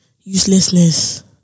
uselessness